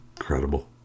incredible